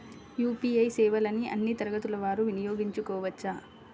UPI సేవలని అన్నీ తరగతుల వారు వినయోగించుకోవచ్చా?